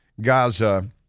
Gaza